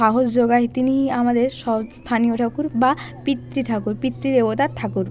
সাহস যোগায় তিনিই আমাদের সব স্থানীয় ঠাকুর বা পিতৃ ঠাকুর পিতৃ দেবতার ঠাকুর